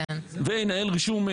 וינהל רישום,